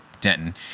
Denton